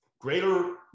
greater